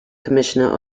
commissioner